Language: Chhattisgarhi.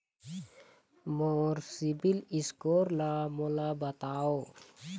मोर सीबील स्कोर ला मोला बताव?